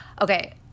okay